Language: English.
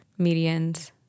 Medians